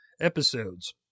episodes